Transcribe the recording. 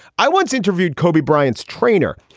i once interviewed kobe bryant's trainer.